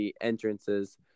entrances